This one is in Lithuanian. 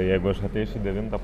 jeigu aš ateisiu devintą